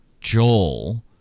joel